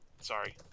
sorry